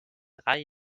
drei